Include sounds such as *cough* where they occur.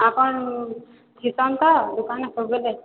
*unintelligible* ଦୋକାନ୍ *unintelligible*